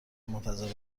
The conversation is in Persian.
منتظر